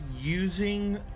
Using